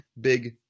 big